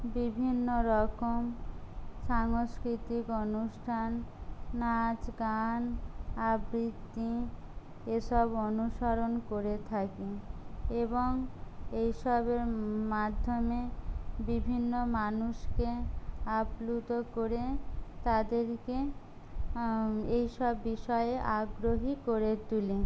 বিভিন্ন রকম সাংস্কৃতিক অনুষ্ঠান নাচ গান আবৃত্তি এসব অনুসরণ করে থাকি এবং এইসবের মাধ্যমে বিভিন্ন মানুষকে আপ্লুত করে তাদেরকে এইসব বিষয়ে আগ্রহী করে তুলি